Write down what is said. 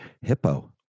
Hippo